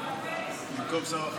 אדוני היושב-ראש,